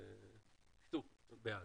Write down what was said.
בקיצור בעד.